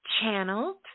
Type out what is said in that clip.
channeled